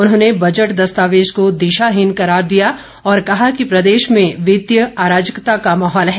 उन्होंने बजट दस्तावेज को दिशाहीन करार दिया और कहा कि प्रदेश में वित्तीय अराजकता का माहौल है